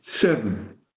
seven